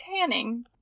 tanning